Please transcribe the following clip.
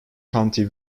county